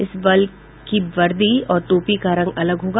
इस बल की वर्दी और टोपी का रंग अलग होगा